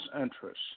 interests